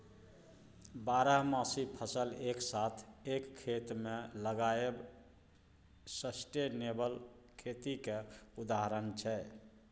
बारहमासी फसल एक साथ एक खेत मे लगाएब सस्टेनेबल खेतीक उदाहरण छै